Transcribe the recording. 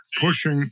pushing